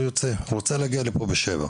אני רוצה להגיע לפה ב- 07:00,